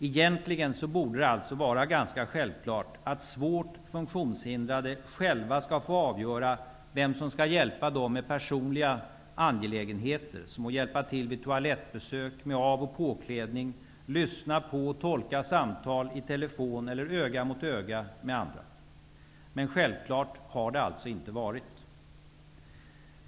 Egentligen borde det vara ganska självklart att svårt funktionshindrade själva får avgöra vem som skall hjälpa dem med personliga angelägenheter. Det kan handla om att hjälpa till vid toalettbesök, med av och påklädning eller med att lyssna på och tolka samtal med andra i telefon eller öga mot öga. Men en självklarhet har detta alltså inte varit.